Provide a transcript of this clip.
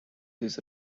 this